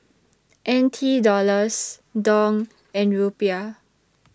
N T Dollars Dong and Rupiah